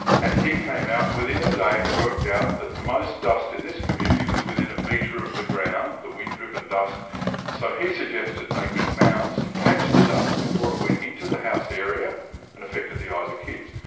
and he came out and, within a day, it worked out that most dust in this community was within a meter of the ground, the wind-driven dust so he suggested making mounds to catch the dust before it went into the house area and affected the eyes of kids.